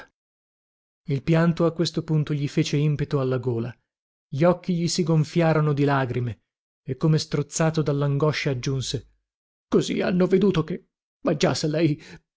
il pianto a questo punto gli fece impeto alla gola gli occhi gli si gonfiarono di lagrime e come strozzato dallangoscia aggiunse così hanno veduto che ma già se lei